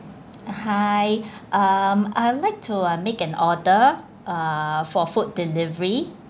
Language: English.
hi um I'll like to uh make an order uh for food delivery